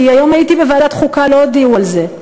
כי היום הייתי בוועדת חוקה, ולא הודיעו על זה.